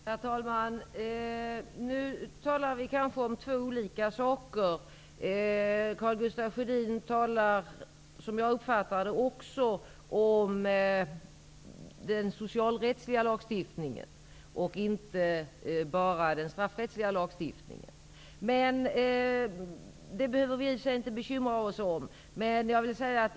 Herr talman! Nu talar vi kanske om två olika saker. Karl Gustaf Sjödin talar, som jag uppfattade det, också om den socialrättsliga lagstiftningen och inte bara om den straffrättsliga. Det behöver vi i och för sig inte bekymra oss om.